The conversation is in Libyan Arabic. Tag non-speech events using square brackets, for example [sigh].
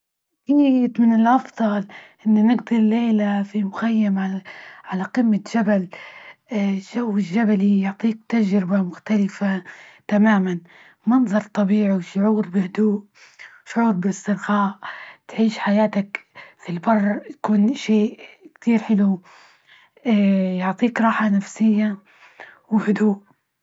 أكيد، [noise] من الأفضل إني نقضى الليلة في مخيم على- على قمة جبل [hesitation] جو الجبلي يعطيك تجربة مختلفة تماما، منظر طبيعي وشعور بهدوء، شعور باسترخاء، تعيش حياتك في البر تكون شي كثير حلو [hesitation] يعطيك راحة نفسية، وهدوء.